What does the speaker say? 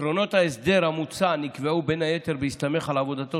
עקרונות ההסדר המוצע נקבעו בין היתר בהסתמך על עבודתו